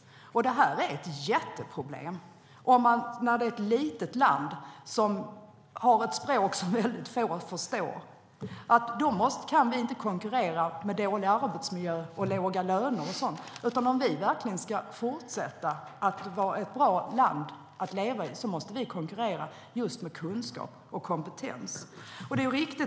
Detta är ett jätteproblem. Ett litet land som vårt, med ett språk som väldigt få förstår, kan inte konkurrera med dåliga arbetsmiljöer, låga löner och sådant. Om vi verkligen ska fortsätta att vara ett bra land att leva i måste vi konkurrera med kunskap och kompetens.